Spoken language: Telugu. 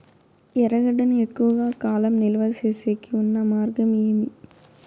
ఎర్రగడ్డ ను ఎక్కువగా కాలం నిలువ సేసేకి ఉన్న మార్గం ఏమి?